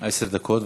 דקות.